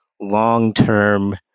long-term